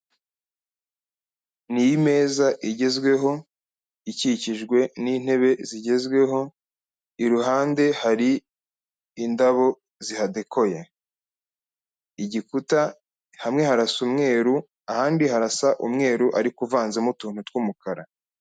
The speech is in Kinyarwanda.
Niyi meza igezweho ikikijwe n'intebe zigezweho iruhande hari indabo zihadekoye igikuta hamwe harasa umweru ahandi harasa umweru ariko uvanzemo utuntu twumukara.